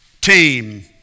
team